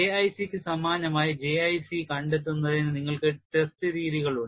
K IC ക്ക് സമാനമായി J IC കണ്ടെത്തുന്നതിന് നിങ്ങൾക്ക് ടെസ്റ്റ് രീതികളുണ്ട്